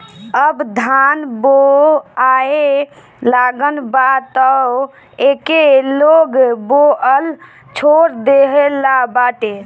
अब धान बोआए लागल बा तअ एके लोग बोअल छोड़ देहले बाटे